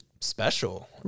special